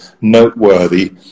noteworthy